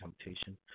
temptation